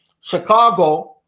Chicago